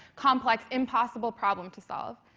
complex, impossible problem to solve.